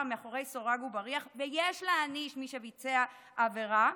מאחורי סורג ובריח ויש להעניש מי שביצע עבירה,